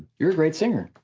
you're a great singer.